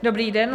Dobrý den.